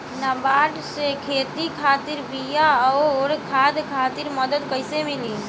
नाबार्ड से खेती खातिर बीया आउर खाद खातिर मदद कइसे मिली?